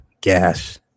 gas